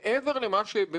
קודם כול לך,